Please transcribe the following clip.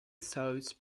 sauce